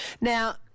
Now